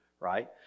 right